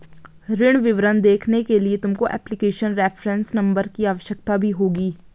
ऋण विवरण देखने के लिए तुमको एप्लीकेशन रेफरेंस नंबर की आवश्यकता भी होगी